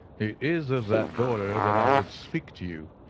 it is of that daughter that i would speak to you,